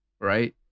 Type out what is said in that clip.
Right